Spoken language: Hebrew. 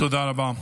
תודה רבה.